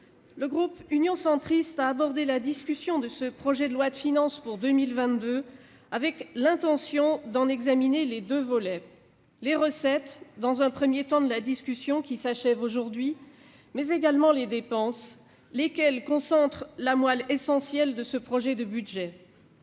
le groupe Union Centriste a abordé la discussion de ce projet de loi de finances pour 2022 avec l'intention d'en examiner les deux volets : les recettes, dans un premier temps de la discussion qui s'achève aujourd'hui, mais également les dépenses, lesquelles concentrent la moelle de ce projet de budget.